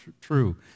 true